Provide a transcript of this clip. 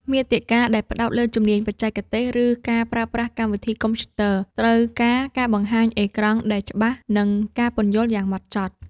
មាតិកាដែលផ្ដោតលើជំនាញបច្ចេកទេស ឬការប្រើប្រាស់កម្មវិធីកុំព្យូទ័រ ត្រូវការការបង្ហាញអេក្រង់ដែលច្បាស់ និងការពន្យល់យ៉ាងម៉ត់ចត់។